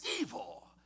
evil